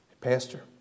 Pastor